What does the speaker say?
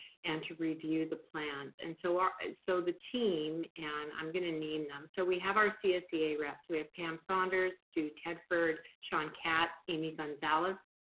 and to review the plans and so and so the team and i'm gonna name them, so we have our csea reps. we have pam saunders, stu tedford, shawn katz, amy gonzales,